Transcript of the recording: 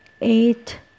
eight